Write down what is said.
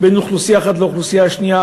בין אוכלוסייה אחת לאוכלוסייה השנייה.